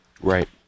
Right